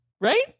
right